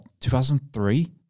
2003